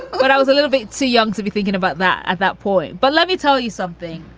but i was a little bit too young to be thinking about that at that point. but let me tell you something.